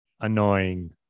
Annoying